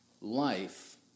life